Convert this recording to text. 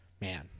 man